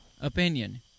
Opinion